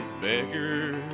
beggar